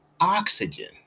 oxygen